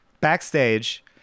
backstage